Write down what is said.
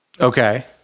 Okay